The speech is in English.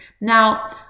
now